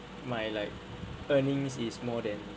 my like earnings is more than